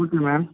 okay ma'am